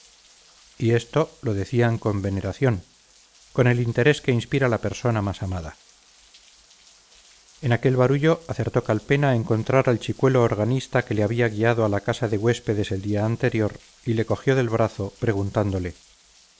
y esto lo decían con veneración con el interés que inspira la persona más amada en aquel barullo acertó calpena a encontrar al chicuelo organista que le había guiado a la casa de huéspedes el día anterior y le cogió del brazo preguntándole